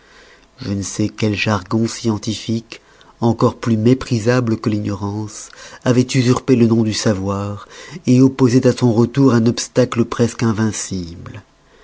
je ne sais quel jargon scientifique encore plus méprisable que l'ignorance avoit usurpé le nom du savoir opposoit à son retour un obstacle presque invincible